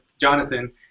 Jonathan